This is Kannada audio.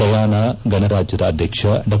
ಗಯಾನ ಗಣರಾಜ್ಯದ ಅಧ್ಯಕ್ಷ ಡಾ